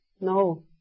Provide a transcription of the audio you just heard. no